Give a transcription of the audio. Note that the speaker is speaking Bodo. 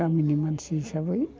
गामिनि मानसि हिसाबै